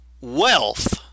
wealth